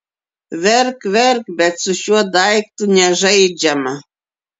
verk verk bet su šiuo daiktu nežaidžiama